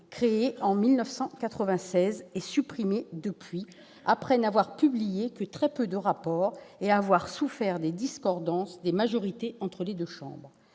créés en 1996 et supprimés depuis lors, après n'avoir publié que très peu de rapports et avoir souffert des discordances entre les majorités respectives des deux chambres.